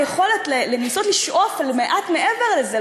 היכולת לנסות לשאוף מעט מעבר לזה,